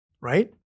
right